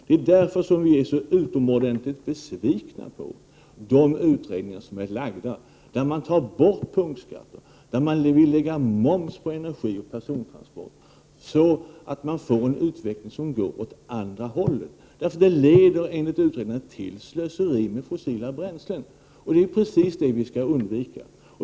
Det är därför vi är så besvikna på de utredningar som har gjorts och som innebär att man tar bort punktskatter och att man vill lägga moms på energi och persontransporter. Man får då en utveckling som går åt fel håll. Det leder nämligen enligt andra utredningar till slöseri med fossila bränslen, och det är just det vi skall undvika.